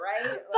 Right